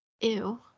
ew